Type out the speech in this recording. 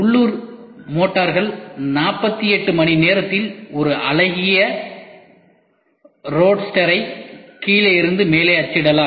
உள்ளூர் மோட்டார்கள் 48 மணி நேரத்தில் ஒரு அழகிய ரோட்ஸ்டரை கீழே இருந்து மேலே அச்சிடலாம்